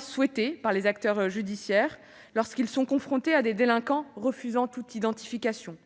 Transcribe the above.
souhaitées par les acteurs judiciaires, lorsqu'ils sont confrontés à des délinquants refusant toute identification.